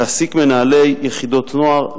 להעסיק מנהלי יחידות נוער,